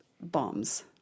bombs